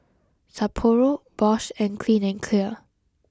Sapporo Bosch and Clean and Clear